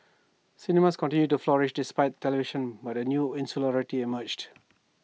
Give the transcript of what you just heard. cinemas continued to flourish despite television but A new insularity emerged